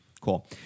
Cool